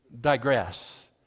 digress